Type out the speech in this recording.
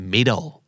Middle